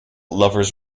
lovers